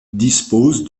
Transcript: dispose